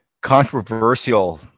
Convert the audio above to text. controversial